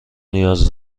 نیاز